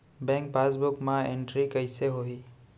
Bank passbook मा entry कइसे होही?